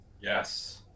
Yes